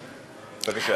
בבקשה.